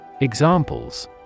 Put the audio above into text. Examples